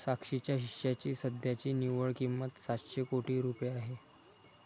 साक्षीच्या हिश्श्याची सध्याची निव्वळ किंमत सातशे कोटी रुपये आहे